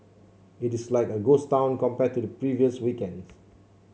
it is like a ghost town compared to the previous weekends